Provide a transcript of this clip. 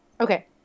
Okay